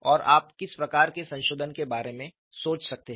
और आप किस प्रकार के संशोधन के बारे में सोच सकते हैं